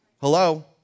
Hello